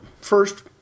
first